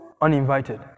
uninvited